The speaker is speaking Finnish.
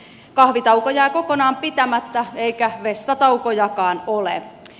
kahvitauko jää kokonaan pitämättä eikä vessataukojakaan ole